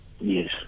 Yes